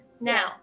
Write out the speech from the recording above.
Now